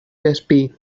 despí